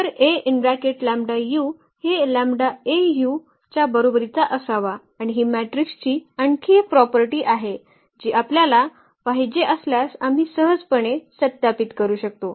तर हे च्या बरोबरीचा असावा आणि ही मॅट्रिक्सची आणखी एक प्रॉपर्टी आहे जी आपल्याला पाहिजे असल्यास आम्ही सहजपणे सत्यापित करू शकतो